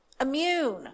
Immune